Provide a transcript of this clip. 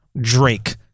Drake